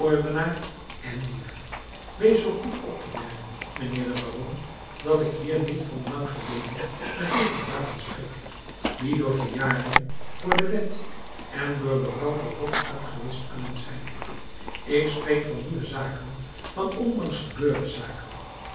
en dief wees zoo goed op te merken mijnheer de baron dat ik hier niet van lang geleden vergeten zaken spreek die door verjaring voor de wet en door berouw voor god uitgewischt kunnen zijn ik spreek van nieuwe zaken van onlangs gebeurde zaken